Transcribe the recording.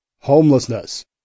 homelessness